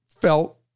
felt